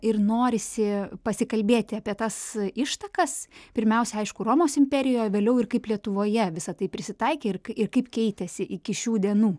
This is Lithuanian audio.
ir norisi pasikalbėti apie tas ištakas pirmiausia aišku romos imperijoje vėliau ir kaip lietuvoje visa tai prisitaikė ir ir kaip keitėsi iki šių dienų